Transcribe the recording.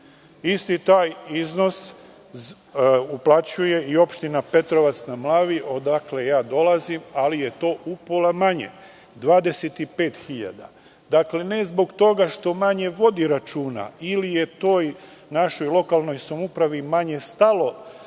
Isti taj iznos uplaćuje i opština Petrovac na Mlavi, odakle ja dolazim, ali je to upola manje, 25.000, ne zbog toga što manje vodi računa, ili je toj našoj lokalnoj samoupravi manje stalo